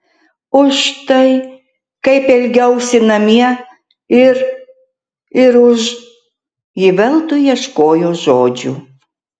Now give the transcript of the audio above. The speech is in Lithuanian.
už tai kaip elgiausi namie ir ir už ji veltui ieškojo žodžių